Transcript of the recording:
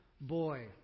boy